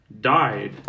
died